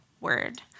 word